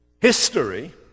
history